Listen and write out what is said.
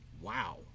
Wow